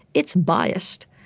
it's biased,